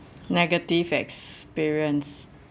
negative experience